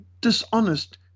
dishonest